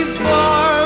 far